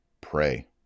pray